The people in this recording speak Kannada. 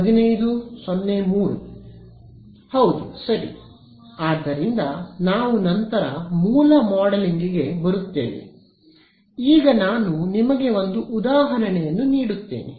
ಹೌದು ಸರಿ ಆದ್ದರಿಂದ ನಾವು ನಂತರ ಮೂಲ ಮಾಡೆಲಿಂಗ್ಗೆ ಬರುತ್ತೇವೆ ಈಗ ನಾನು ನಿಮಗೆ ಒಂದು ಉದಾಹರಣೆ ನೀಡುತ್ತೇನೆ